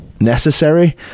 necessary